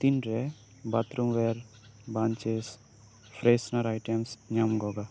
ᱛᱤᱱᱨᱮ bathroom ware benches freshener items ᱧᱟᱢᱚᱜᱚᱜᱼᱟ